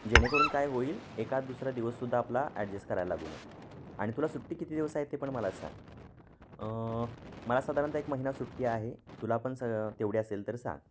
जेणेकरून काय होईल एखाद दुसरा दिवससुद्धा आपला ॲडजस्ट करायला लागू नये आणि तुला सुट्टी किती दिवस आहे ते पण मला सांग मला साधारणतः एक महिना सुट्टी आहे तुला पण स तेवढी असेल तर सांग